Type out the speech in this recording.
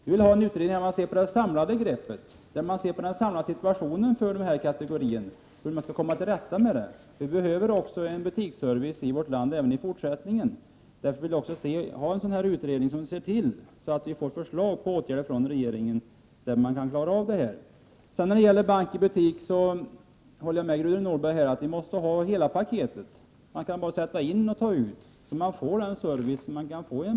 Vi vill ha en utredning som tar ett samlat grepp över hur man skall komma till rätta med problemen för de olika kategorierna. Vi behöver en butiksservice i vårt land också i fortsättningen, och jag vill därför att en sådan här utredning lägger fram förslag till regeringen om åtgärder för att klara detta. När det gäller bank i butik håller jag med Gudrun Norberg om att vi måste ha hela ”paketet”, både insättning och uttag.